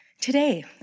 Today